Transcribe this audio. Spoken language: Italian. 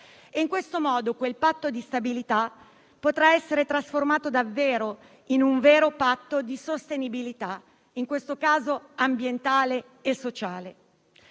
In questo modo, quel Patto di stabilità potrà essere trasformato in un vero patto di sostenibilità, in questo caso ambientale e sociale.